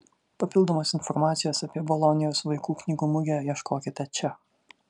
papildomos informacijos apie bolonijos vaikų knygų mugę ieškokite čia